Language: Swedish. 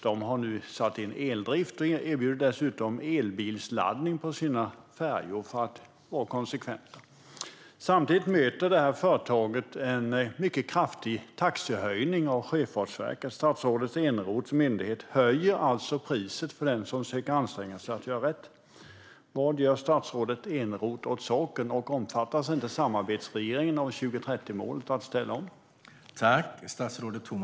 De har satt in eldrift, och för att vara konsekventa erbjuder de dessutom elbilsladdning på sina färjor. Samtidigt möter företaget en mycket kraftig taxehöjning från Sjöfartsverket. Statsrådet Eneroths myndighet höjer alltså priset för den som försöker anstränga sig för att göra rätt. Vad gör statsrådet Eneroth åt saken? Omfattas inte samarbetsregeringen av 2030-målet att ställa om?